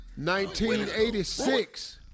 1986